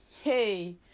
Hey